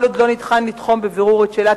כל עוד לא ניתן לתחום בבירור את שאלת